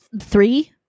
three